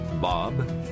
Bob